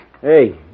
Hey